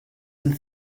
and